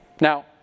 Now